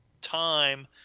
time